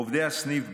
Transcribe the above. עובדי הסניף,